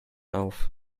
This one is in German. auf